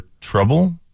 trouble